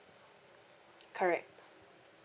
correct